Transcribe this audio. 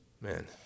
Man